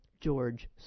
george